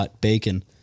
Bacon